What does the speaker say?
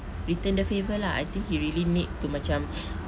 return the favour lah I think he really need to macam